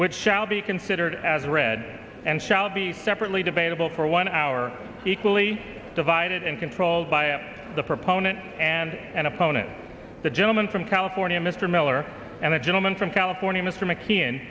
which shall be considered as read and shall be separately debatable for one hour equally divided and controlled by the proponent and an opponent the gentleman from california mr miller and the gentleman from california mr mc